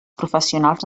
professionals